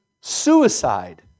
suicide